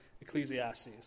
Ecclesiastes